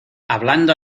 hablando